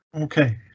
Okay